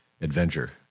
adventure